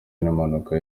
n’impanuka